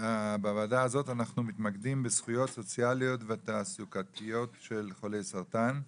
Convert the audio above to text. בוועדה הזאת אנחנו מתמקדים בזכויות סוציאליות ותעסוקתיות של חולי סרטן.